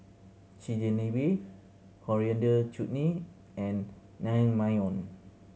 Chigenabe Coriander Chutney and Naengmyeon